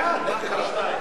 נתקבלה.